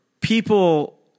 People